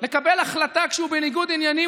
לקבל החלטה כשהוא בניגוד עניינים,